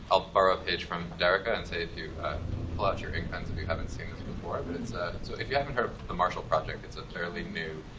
i'll borrow a page from derecka and say if you pull out your inkpens if you haven't seen this before. but it's a so if you haven't heard of the marshall project, it's a fairly new,